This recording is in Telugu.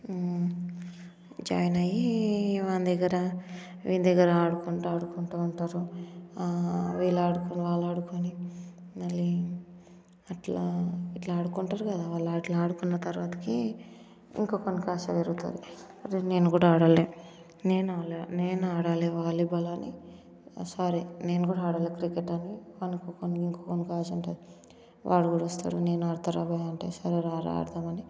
జాయిన్ అయ్యి వాళ్ళ దగ్గర వీళ్ళ దగ్గర ఆడుకుంటా ఆడుకుంటా ఉంటారు వీళ్ళు ఆడుకొని వాళ్ళు ఆడుకొని మళ్ళీ అట్లా ఇట్లా ఆడుకుంటారు కదా వాళ్ళు అట్లా ఆడుకున్న తర్వాతకి ఇంకొకనికి ఆశ పెరుగుతుంది నేను కూడా ఆడాలి నేను ఆడాలి నేను ఆడాలి వాలీబాల్ అని సారీ నేను కూడా ఆడాలి క్రికెట్ అని వానికి వానిక వానికి ఒక ఆశ ఉంటుంది వాడు కూడా వస్తాడు నేను కూడా ఆడతారా భయ్ అంటే సరే రారా ఆడుదాం అని